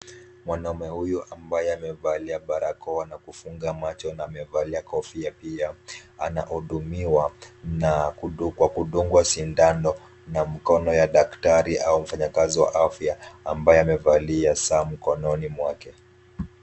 Mwanaume huyu ambaye amevalia barakoa na kufunga macho, amevalia kofia pia, anahudumiwa kwa kudungwa sindano na mkono wa daktari au mfanyakazi wa afya ambaye amevalia saa mkononi mwake.